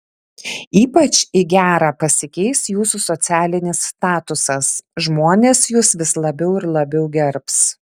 ypač į gerą pasikeis jūsų socialinis statusas žmonės jus vis labiau ir labiau gerbs